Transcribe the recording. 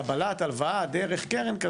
ומקבלים הודעות מאיימות.